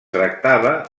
tractava